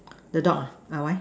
the dog ah ah why